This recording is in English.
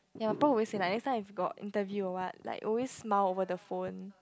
ya my prof always say like next time if got interview or what like always smile over the phone